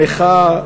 מחאה,